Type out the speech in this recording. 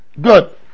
good